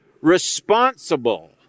responsible